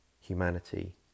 humanity